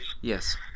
Yes